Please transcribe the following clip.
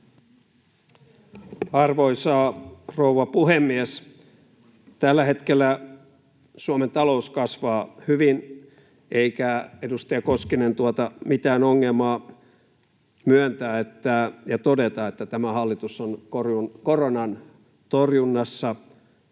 Arvoisa rouva puhemies! Tällä hetkellä Suomen talous kasvaa hyvin, eikä, edustaja Koskinen, tuota mitään ongelmaa myöntää ja todeta, että tämä hallitus on koronan torjunnassa